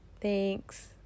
Thanks